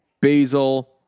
basil